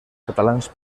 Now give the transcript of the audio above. catalans